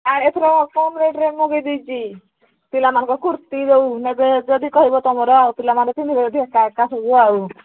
ଆ ଏଥର କମ୍ ରେଟ୍ରେ ମୁଁ ମଗେଇ ଦେଇଛି ପିଲାମାନଙ୍କ କୁର୍ତ୍ତି ଯେଉଁ ନେବେ ଯଦି କହିବ ତୁମର ଆଉ ପିଲାମାନେ ପିନ୍ଧିବେ ଯେ ଏକା ଏକା ସବୁ ଆଉ